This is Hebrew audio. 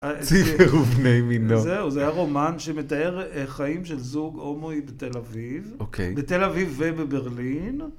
זהו, זה היה רומן שמתאר חיים של זוג הומואי בתל אביב. בתל אביב ובברלין.